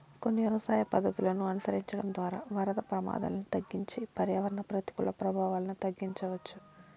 కొన్ని వ్యవసాయ పద్ధతులను అనుసరించడం ద్వారా వరద ప్రమాదాలను తగ్గించి పర్యావరణ ప్రతికూల ప్రభావాలను తగ్గించవచ్చు